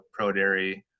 ProDairy